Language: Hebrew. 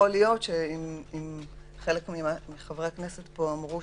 אם חלק מחברי הכנסת פה אמרו